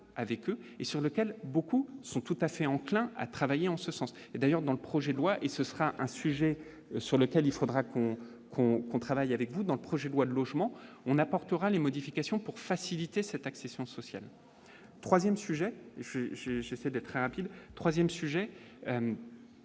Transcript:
avec eux et sur lequel beaucoup sont tout à fait enclin à travailler en ce sens et d'ailleurs, dans le projet de loi et ce sera un sujet sur lequel il faudra qu'on qu'on qu'on travaille avec vous dans le projet de loi de logement on apportera les modifications pour faciliter cette accession sociale 3ème sujet je, je, j'essaie d'être rapide 3ème sujet.